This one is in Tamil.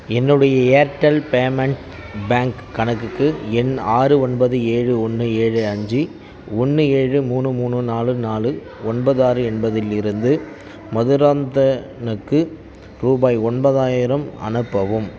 என்னுடைய ஏர்டெல் பேமெண்ட் பேங்க் கணக்குக்கு எண் ஆறு ஒன்பது ஏழு ஒன்று ஏழு அஞ்சு ஒன்று ஏழு மூணு மூணு நாலு நாலு ஒன்பது ஆறு என்பதிலிருந்து மதுராந்தனுக்கு ரூபாய் ஒன்பதாயிரம் அனுப்பவும்